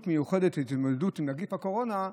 מיוחדת להתמודדות עם נגיף הקורונה,